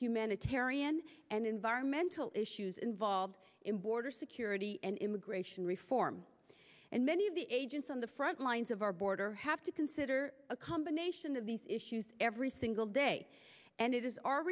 humanitarian and environmental issues involved in border security and immigration reform and many of the agents on the front lines of our border have to consider a combination of these issues every single day and it is our